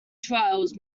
trials